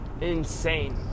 insane